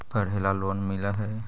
पढ़े ला लोन मिल है?